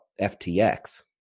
ftx